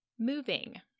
Moving